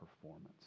performance